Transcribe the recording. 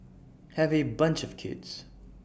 have A bunch of kids